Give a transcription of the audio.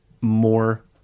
more